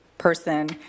person